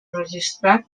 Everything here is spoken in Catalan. registrat